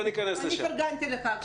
אני פרגנתי לך.